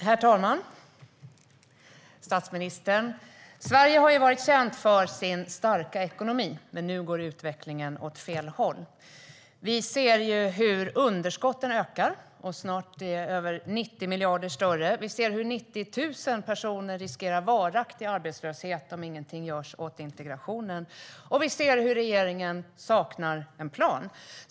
Herr talman! Statsministern! Sverige har varit känt för sin starka ekonomi, men nu går utvecklingen åt fel håll. Vi ser hur underskotten ökar och snart är över 90 miljarder större. Vi ser hur 90 000 personer riskerar varaktig arbetslöshet om ingenting görs åt integrationen. Och vi ser hur regeringen saknar en plan.